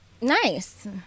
Nice